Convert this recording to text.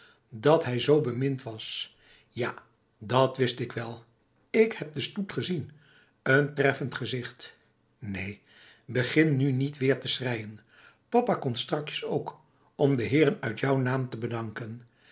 dat hij zoo bemind was ja dat wist ik wel ik heb den stoet gezien een treffend gezicht neen begin nu niet weer te schreien papa komt strakjes ook om de heeren uit jou naam te bedanken